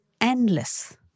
endless